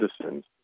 citizens